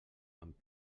amb